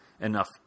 enough